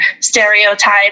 stereotype